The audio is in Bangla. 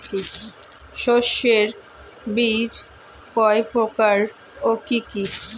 শস্যের বীজ কয় প্রকার ও কি কি?